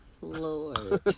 Lord